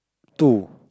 two